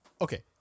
Okay